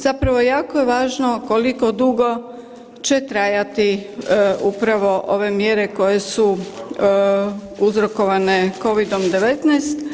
Zapravo jako je važno koliko dugo će trajati upravo ove mjere koje su uzrokovane Covidom-19.